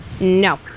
No